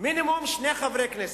מינימום שני חברי כנסת.